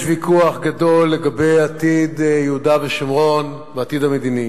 יש ויכוח גדול לגבי עתיד יהודה ושומרון והעתיד המדיני.